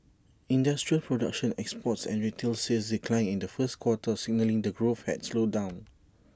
industrial production exports and retail sales declined in the first quarter signalling that growth had slowed down